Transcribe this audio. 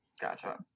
Gotcha